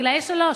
גילאי שלוש,